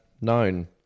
known